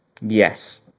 yes